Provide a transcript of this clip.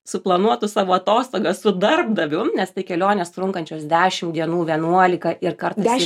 suplanuotų savo atostogas su darbdaviu nes tai kelionės trunkančios dešimt dienų vienuolika ir kartais